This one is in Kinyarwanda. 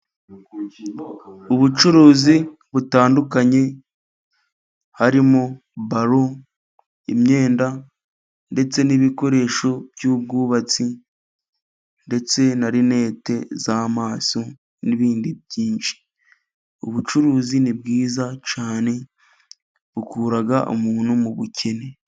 Ubucuruzi butandukanye harimo baro, imyenda ndetse n'ibikoresho by'ubwubatsi ndetse na rinete z'amaso n'ibindi byinshi, ubucuruzi ni bwiza cyane bukura umuntu mu bukene.